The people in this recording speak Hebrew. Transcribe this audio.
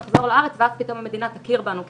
נחזור לארץ ואז המדינה פתאום תכיר בנו כנשואים.